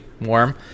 warm